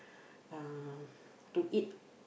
uh to eat